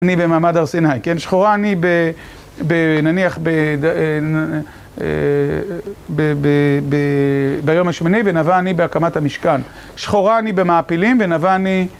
אני במעמד הר סיני, כן? שחורה אני ב... נניח ביום השמיני ונאווה אני בהקמת המשכן, שחורה אני במעפילים ונאווה אני